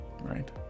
Right